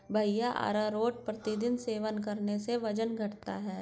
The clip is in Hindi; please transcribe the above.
भैया अरारोट प्रतिदिन सेवन करने से वजन घटता है